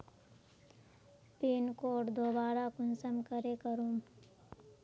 Pin code दोबारा कुंसम करे करूम?